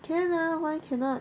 can ah why cannot